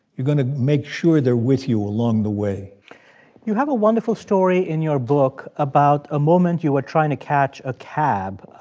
you're going to make sure they're with you along the way you have a wonderful story in your book about a moment you were trying to catch a cab.